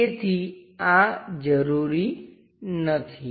તેથી આ જરૂરી નથી